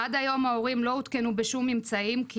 עד היום ההורים לא עודכנו בשום ממצאים כי